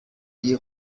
die